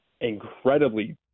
incredibly